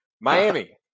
Miami